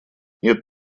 нет